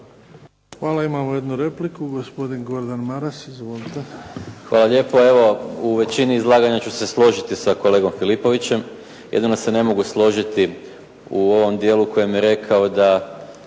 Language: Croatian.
Hvala. Imamo jednu repliku. Gospodin Gordan Maras. Izvolite. **Maras, Gordan (SDP)** Hvala lijepo. Evo u većini izlaganja ću se složiti sa kolegom Filipovićem. Jedino se ne mogu složiti u ovom dijelu u kojem je rekao da